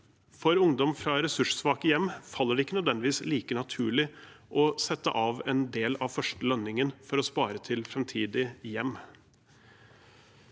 For ungdom fra ressurssvake hjem faller det ikke nødvendigvis like naturlig å sette av en del av de første lønningene for å spare til framtidig hjem.